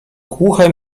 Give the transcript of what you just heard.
głuche